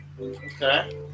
Okay